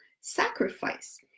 sacrifice